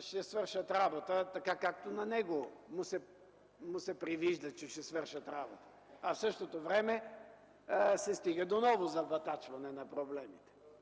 ще свършат работа, така както на него му се привижда, че ще свършат работа, а в същото време се стига до ново забатачване на проблемите.